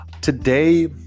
Today